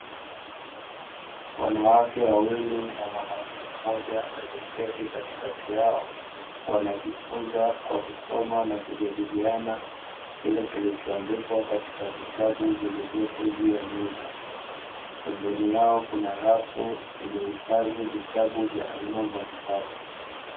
Wanawake wawili na mwanaume mmoja walioketi katikati yao wanajifunza kwa kusoma, kujadiliana kile kilichoandikwa katika vitabu vilivyopo juu ya meza, pembeni yao kuna rafu iliyohifadhi vitabu vya aina mbalimbali.